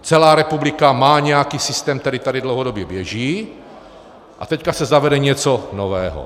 Celá republika má nějaký systém, který tady dlouhodobě běží, a teď se zavede něco nového.